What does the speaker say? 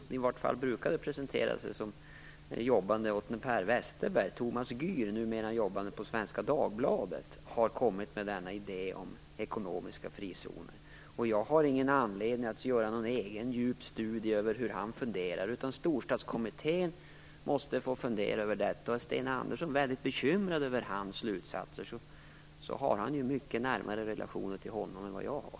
En person som brukade presentera sig som jobbande åt Per Westerberg - Thomas Gür, numera jobbande på Svenska Dagbladet - har kommit med denna idé om ekonomiska frizoner. Jag har ingen anledning att göra någon egen djup studie över hur han funderar. Storstadskommittén måste få fundera över detta. Är Sten Andersson väldigt bekymrad över Thomas Gürs slutsatser kan jag säga att han har mycket närmare relationer till honom än vad jag har.